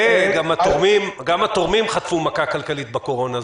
וגם התורמים חטפו מכה כלכלית בקורונה,